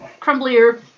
crumblier